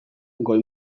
goi